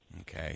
Okay